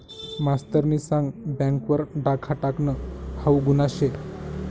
मास्तरनी सांग बँक वर डाखा टाकनं हाऊ गुन्हा शे